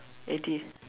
eighty